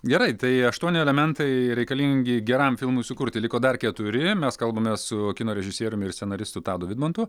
gerai tai aštuoni elementai reikalingi geram filmui sukurti liko dar keturi mes kalbamės su kino režisieriumi ir scenaristu tadu vidmantu